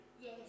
Yes